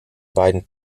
beiden